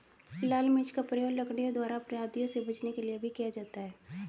लाल मिर्च का प्रयोग लड़कियों द्वारा अपराधियों से बचने के लिए भी किया जाता है